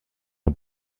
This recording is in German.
der